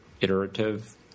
iterative